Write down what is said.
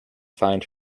find